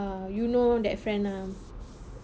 uh you know that friend lah